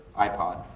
iPod